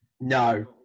No